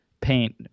paint